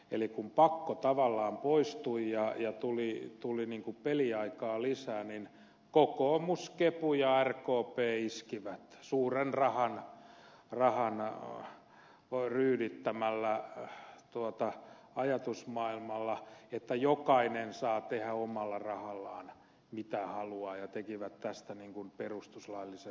eli kun pakko tavallaan poistui ja tuli peliaikaa lisää niin kokoomus kepu ja rkp iskivät suuren rahan ryydittämällä ajatusmaailmalla että jokainen saa tehdä omalla rahallaan mitä haluaa ja tekivät tästä niin kuin perustuslaillisen vapauskysymyksen